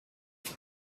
جلوش